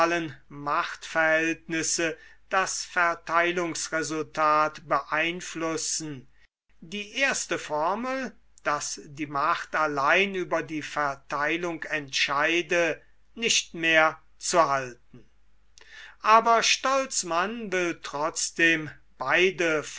machtverhältnisse das verteilungsresultat beeinflussen die erste formel daß die macht allein über die verteilung entscheide nicht mehr zu halten aber stolzmann will trotzdem beide